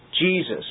Jesus